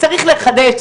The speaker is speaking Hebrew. צריך לחדש,